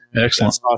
excellent